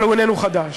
אבל הוא איננו חדש.